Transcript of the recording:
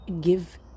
give